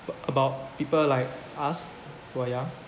a~ about people like us who are young